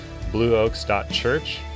blueoaks.church